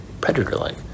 predator-like